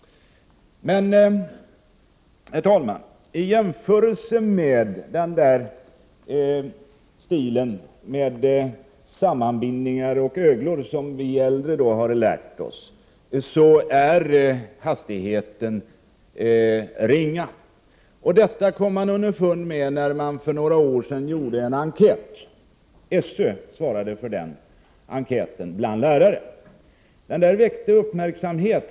Jämfört med stilen med öglor och sammanbindningar, som vi äldre har lärt oss, är dock skrivhastigheten ringa. Det kom man underfund med för några år sedan när SÖ gjorde en enkät bland lärare. Resultatet av den väckte stor uppmärksamhet.